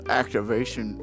activation